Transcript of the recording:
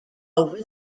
over